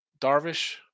Darvish